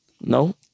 No